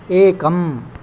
एकम्